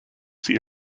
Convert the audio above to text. see